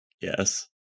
Yes